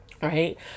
right